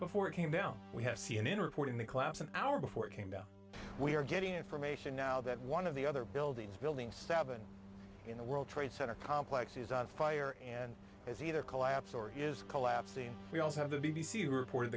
before it came down we have c n n reporting the collapse an hour before it came down we are getting information now that one of the other buildings building seven in the world trade center complex is on fire and is either collapse or is collapsing we also have the b b c report